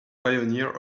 pioneer